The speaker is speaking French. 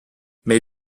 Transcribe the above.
mais